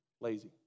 lazy